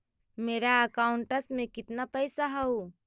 मेरा अकाउंटस में कितना पैसा हउ?